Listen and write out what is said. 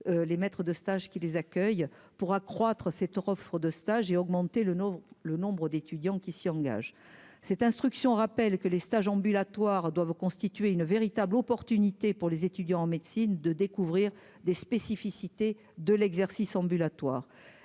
les maîtres de stage qui les accueille pour accroître ses torts Offres de stage et augmenter le nouveau, le nombre d'étudiants qui s'y engagent cette instruction rappelle que les stages ambulatoires doivent constituer une véritable opportunité pour les étudiants en médecine de découvrir des spécificités de l'exercice ambulatoire,